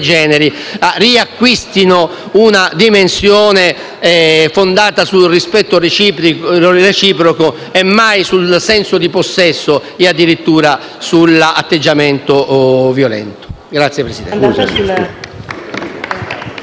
generi riacquisti una dimensione fondata sul rispetto reciproco e mai sul senso di possesso o addirittura sull'atteggiamento violento. *(Applausi